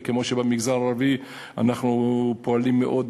כמו שבמגזר הערבי אנחנו פועלים מאוד,